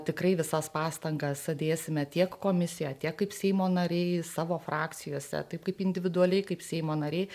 tikrai visas pastangas padėsime tiek komisija tiek kaip seimo nariai savo frakcijose taip kaip individualiai kaip seimo nariai